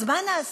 אז מה נעשה?